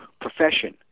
profession